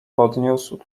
podniósł